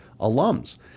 alums